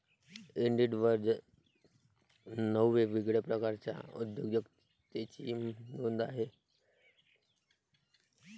इंडिडवर नऊ वेगवेगळ्या प्रकारच्या उद्योजकतेची नोंद आहे